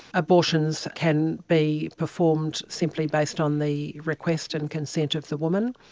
abortions can be performed simply based on the request and consent of the woman.